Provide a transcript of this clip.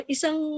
Isang